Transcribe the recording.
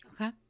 Okay